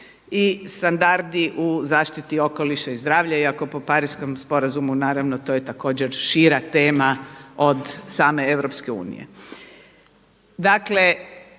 i standardi u zaštiti okoliša i zdravlja, iako po Pariškom sporazumu naravno to je također šira tema od same EU. Dakle,